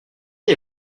est